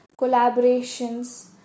collaborations